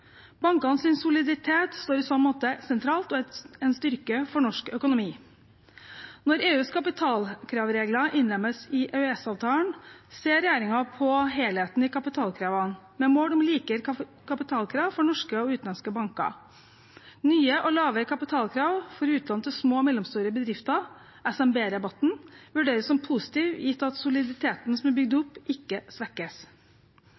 soliditet står i så måte sentralt og er en styrke for norsk økonomi. Når EUs kapitalkravregler innlemmes i EØS-avtalen, ser regjeringen på helheten i kapitalkravene, med mål om likere kapitalkrav for norske og utenlandske banker. Nye og lavere kapitalkrav for utlån til små og mellomstore bedrifter, SMB-rabatten, vurderes som positivt, gitt at soliditeten som er bygd